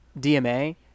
dma